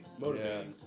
motivating